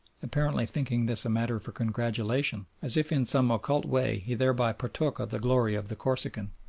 apparently thinking this a matter for congratulation as if in some occult way he thereby partook of the glory of the corsican.